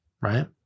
right